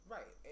Right